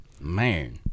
Man